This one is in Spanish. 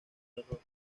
error